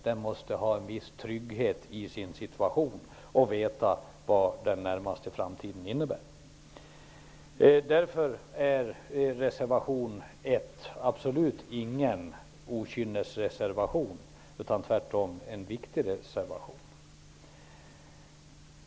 Den måste ha en viss trygghet i sin situation och veta vad den närmaste framtiden innebär. Därför är reservation 1 absolut ingen okynnesreservation utan tvärtom en viktig reservation.